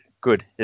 good